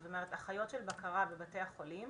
זאת אומרת, אחיות של בקרה בבתי החולים